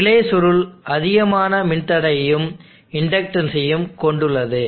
relay சுருள் அதிகமான மின்தடையையும் இண்டக்டன்ஸ்யும் கொண்டுள்ளது